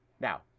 Now